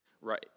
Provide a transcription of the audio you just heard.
right